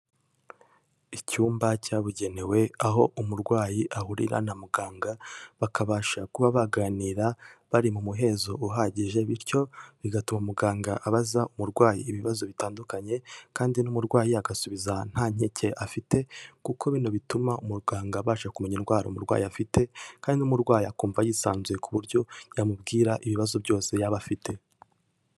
Icyumba cyabugenewe aho umurwayi ahurira na muganga bakabasha kuba baganira bari mu muhezo uhagije bityo bigatuma muganga abaza umurwayi ibibazo bitandukanye, kandi n'umurwayi agasubiza nta nkeke afite kuko bino bituma umuganga abasha kumenya indwara umurwayi afite kandi umurwayi akumva yisanzuye ku buryo yamubwira ibibazo byose yaba afite.